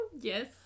Yes